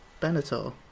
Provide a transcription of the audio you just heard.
Benatar